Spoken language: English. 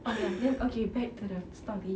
oh ya then okay back to the story